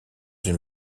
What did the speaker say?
une